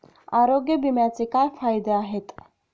आरोग्य विम्याचे काय फायदे आहेत?